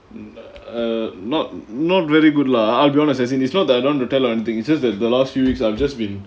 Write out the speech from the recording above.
err not not really good lah I'll be honest as in it's not that I don't want to tell you anything it's just that the last few weeks I've just been